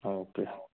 okay